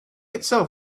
itself